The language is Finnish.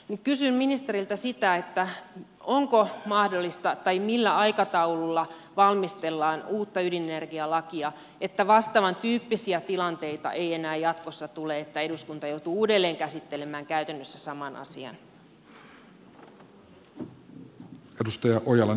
kysyn ministeriltä millä aikataululla valmistellaan uutta ydinenergialakia jotta vastaavantyyppisiä tilanteita että eduskunta joutuu uudelleen käsittelemään käytännössä saman asian ei enää jatkossa tule